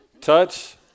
touch